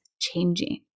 changing